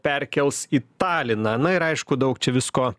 perkels į taliną na ir aišku daug čia visko